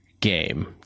game